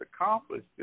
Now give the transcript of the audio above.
accomplished